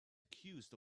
accused